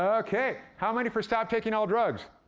okay, how many for stop taking all drugs?